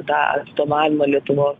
tą atstovavimą lietuvos